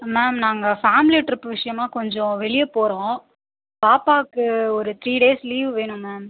ma'am நாங்கள் family trip விஷயமாக கொஞ்சம் வெளியே போகிறோம் பாப்பாவுக்கு ஒரு த்ரீ டேஸ் லீவ் வேணும் மேம்